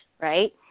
right